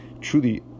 truly